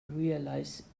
realise